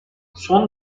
son